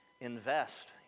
invest